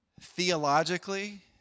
Theologically